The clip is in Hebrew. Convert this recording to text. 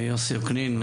אני יוסי אוקנין,